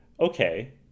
okay